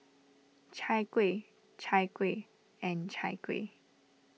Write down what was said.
Chai Kueh Chai Kueh and Chai Kueh